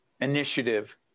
initiative